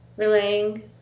relaying